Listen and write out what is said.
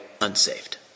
unsaved